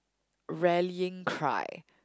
rallying cry